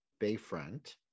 Bayfront